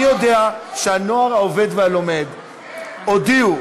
אני יודע ש"הנוער העובד והלומד" הודיעו,